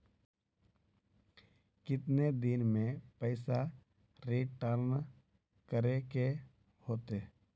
कितने दिन में पैसा रिटर्न करे के होते?